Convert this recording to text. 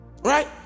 right